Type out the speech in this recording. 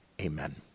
Amen